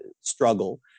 struggle